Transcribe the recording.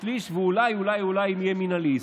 בשליש ואולי אם יהיה מינהלי.